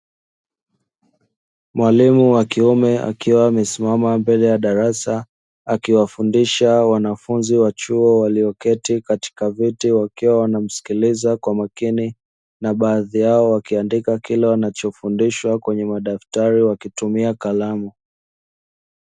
Mwalimu wa kiume akiwa amesimama mbele ya darasa, akiwafundisha wanafunzi wa chuo walioketi katika viti wakiwa wanamsikiliza kwa makini, na baadhi yao wakiandika kile wanachofundishwa kwenye madaftari wakitumia kalamu.